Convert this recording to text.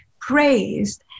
praised